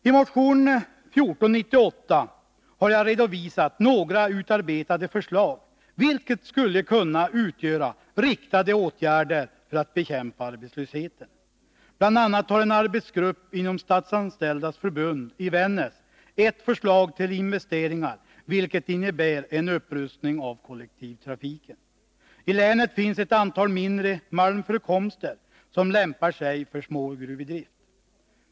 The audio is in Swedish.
I motion 1498 har jag redovisat några utarbetade förslag, vilka skulle kunna utgöra riktade åtgärder för att bekämpa arbetslösheten. Bl. a. har en arbetsgrupp inom Statsanställdas förbund i Vännäs lagt fram ett förslag till investeringar som innebär en upprustning av kollektivtrafiken. I länet finns ett antal mindre malmförekomster som lämpar sig för smågruvdrift.